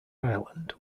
ireland